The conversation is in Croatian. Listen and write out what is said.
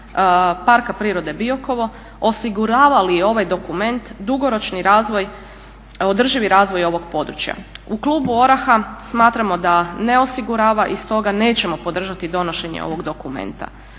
Parka prirode Biokovo osiguravali ovaj dokument, dugoročni razvoj, održivi razvoj ovog područja. U klubu ORaH-a smatramo da ne osigurava i stoga nećemo podržati donošenje ovog dokumenta.